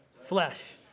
Flesh